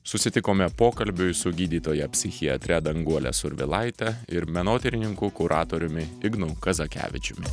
susitikome pokalbiui su gydytoja psichiatre danguole survilaite ir menotyrininku kuratoriumi ignu kazakevičiumi